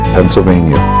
Pennsylvania